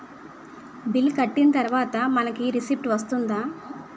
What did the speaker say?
Bill కట్టిన తర్వాత మనకి రిసీప్ట్ వస్తుందా?